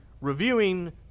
reviewing